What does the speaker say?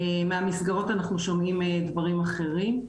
מהמסגרות אנחנו שומעים דברים אחרים.